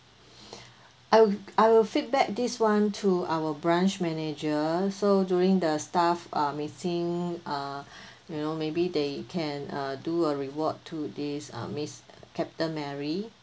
I will I will feedback this one to our branch manager so during the staff uh meeting uh you know maybe they can uh do a reward to this uh miss captain mary